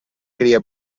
cria